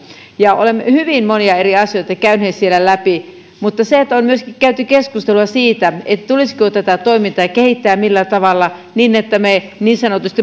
olemme hyvin monia eri asioita käyneet siellä läpi on myöskin käyty keskustelua siitä tulisiko tätä toimintaa kehittää ja millä tavalla niin että me niin sanotut